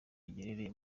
giherereye